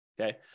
Okay